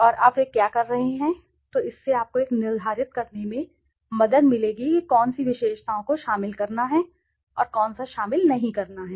और अब वे क्या कर रहे हैं तो इससे आपको यह निर्धारित करने में मदद मिलेगी कि कौन सी विशेषताओं को शामिल करना है और कौन सा शामिल नहीं करना है